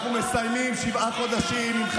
אנחנו מסיימים שבעה חודשים של, איזה משילות?